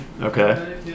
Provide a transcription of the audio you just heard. Okay